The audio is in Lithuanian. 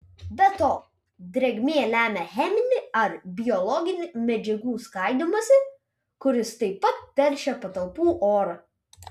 be to drėgmė lemia cheminį ar biologinį medžiagų skaidymąsi kuris taip pat teršia patalpų orą